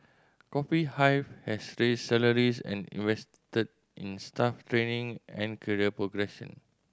Coffee Hive has raised salaries and invested in staff training and career progression